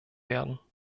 werden